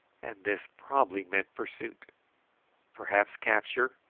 and this probably meant pursuit perhaps capture,